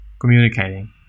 communicating